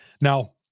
Now